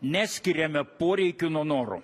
neskiriame poreikių nuo norų